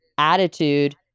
attitude